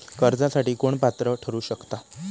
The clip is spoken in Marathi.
कर्जासाठी कोण पात्र ठरु शकता?